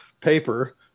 paper